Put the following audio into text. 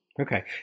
Okay